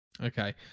Okay